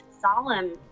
solemn